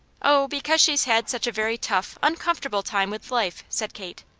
oh, because she's had such a very tough, uncomfortable time with life, said kate,